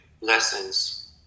lessons